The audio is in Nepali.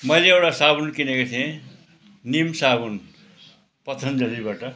मैले एउटा साबुन किनेको थिएँ निम साबुन पतन्जलीबाट